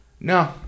No